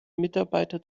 mitarbeiter